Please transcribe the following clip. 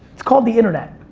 it's called the internet.